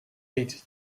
niet